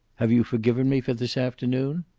have you forgiven me for this afternoon?